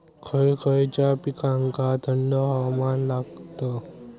खय खयच्या पिकांका थंड हवामान लागतं?